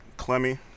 Clemmy